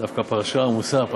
דווקא פרשה עמוסה הפעם.